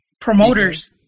promoters